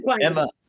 Emma